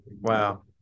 Wow